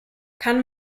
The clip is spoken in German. kann